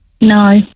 no